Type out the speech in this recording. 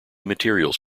materials